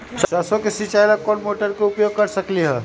सरसों के सिचाई ला कोंन मोटर के उपयोग कर सकली ह?